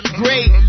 great